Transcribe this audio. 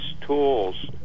tools